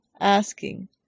asking